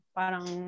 parang